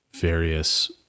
various